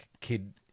kid